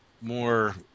more